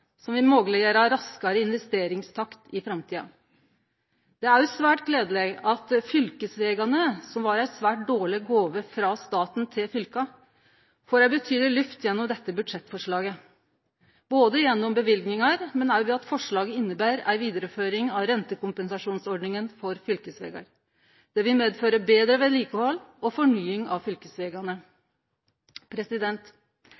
som vil mogleggjere raskare investeringstakt i framtida. Det er òg svært gledeleg at fylkesvegane, som var ei svært dårleg gåve frå staten til fylka, får eit betydelig lyft gjennom dette budsjettforslaget, både gjennom løyvingar og ved at forslaget inneber ei vidareføring av rentekompensasjonsordninga for fylkesvegar. Det vil medføre betre vedlikehald og fornying av